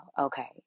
okay